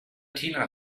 tina